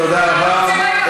תודה רבה.